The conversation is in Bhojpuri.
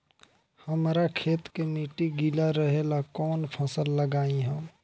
हमरा खेत के मिट्टी गीला रहेला कवन फसल लगाई हम?